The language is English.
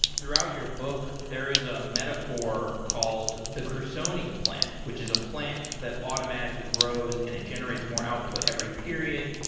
throughout your book, there is a metaphor called the crusonia plant, which is a plant that automatically grows and it generates more output every period.